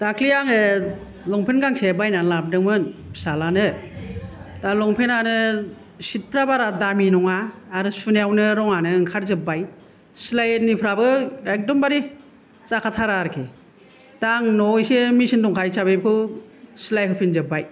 दाख्लि आङो लंपेन्ट गांसे बायनानै लाबोदोंमोन फिसालानो दा लंपेन्ट आनो सिफ्रा बारा दामि नङा आरो सुनायावनो रङानो ओंखारजोबबाय सिलायनिफ्राबो एखदमबारि जाखाथारा आरोखि दा आं न'आव एसे मिसिन दंखायो हिसाबै बेखौ सिलाय होफिन जोबबाय